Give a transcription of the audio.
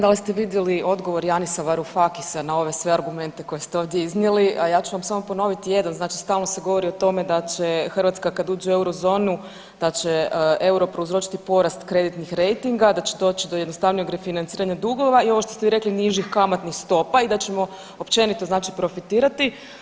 Pa evo ne znam da li ste vidjeli odgovor Yanisa Varoufakisa na ove sve argumente koje ste ovdje iznijeli, a ja ću vam ponoviti samo jedan, znači samo se govori o tome da će Hrvatska kada uđe u Eurozonu da će euro prouzročiti porast kreditnih rejtinga, da će doći do jednostavnijeg refinanciranja dugova i ovo što ste vi rekli nižih kamatnih stopa i da ćemo općenito znači profitirati.